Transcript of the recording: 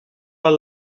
are